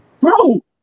bro